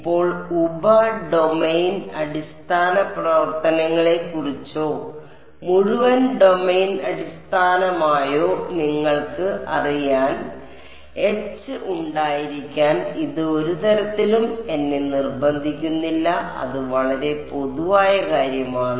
ഇപ്പോൾ ഉപ ഡൊമെയ്ൻ അടിസ്ഥാന പ്രവർത്തനങ്ങളെക്കുറിച്ചോ മുഴുവൻ ഡൊമെയ്ൻ അടിസ്ഥാനമായോ നിങ്ങൾക്ക് അറിയാൻ എച്ച് ഉണ്ടായിരിക്കാൻ ഇത് ഒരു തരത്തിലും എന്നെ നിർബന്ധിക്കുന്നില്ല അത് വളരെ പൊതുവായ കാര്യമാണ്